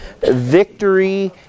victory